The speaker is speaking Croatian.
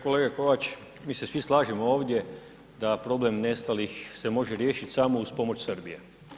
Kolega Kovač, mi se svi slažemo ovdje da problem nestalih se može riješiti samo uz pomoć Srbije.